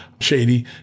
shady